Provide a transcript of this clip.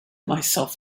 myself